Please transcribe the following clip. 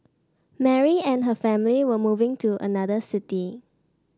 Mary and her family were moving to another city